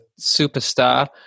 superstar